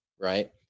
right